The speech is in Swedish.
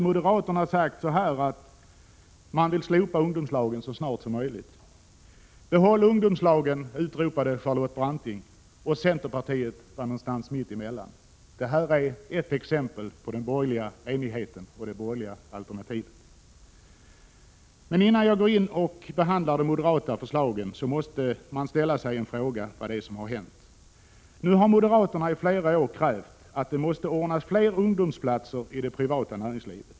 Moderaterna har sagt att de vill slopa ungdomslagen så snart som möjligt. Behåll ungdomslagen, utropade Charlotte Branting. Centerpartiet var någonstans mittemellan. Detta är ett exempel på enigheten i det borgerliga alternativet. Innan jag går in på att behandla de moderata förslagen måste man ställa sig frågan vad som har hänt. Moderaterna har i flera år krävt att det skall ordnas fler ungdomsplatser i det privata näringslivet.